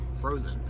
frozen